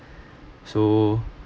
so